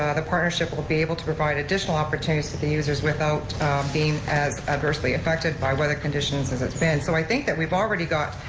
ah the partnership will be able to provide additional opportunities to the users without being as adversely effected by the conditions, as it's been. so i think that we've already got